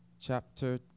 Chapter